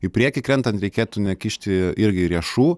į priekį krentant reikėtų nekišti irgi riešų